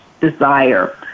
desire